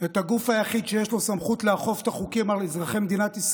לרצון השר את הגוף היחיד שיש לו סמכות לאכוף את החוקים על אזרחי המדינה.